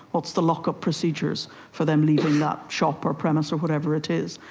what's the lock-up procedures for them leaving that shop or premises or whatever it is,